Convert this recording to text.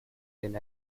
deny